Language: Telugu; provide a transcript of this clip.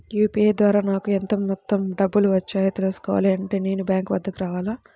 యూ.పీ.ఐ ద్వారా నాకు ఎంత మొత్తం డబ్బులు వచ్చాయో తెలుసుకోవాలి అంటే నేను బ్యాంక్ వద్దకు రావాలా?